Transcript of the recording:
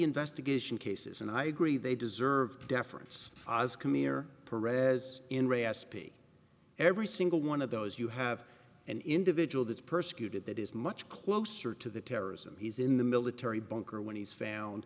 investigation cases and i agree they deserve deference as c'mere pereira's in raspy every single one of those you have an individual that's persecuted that is much closer to the terrorism he's in the military bunker when he's found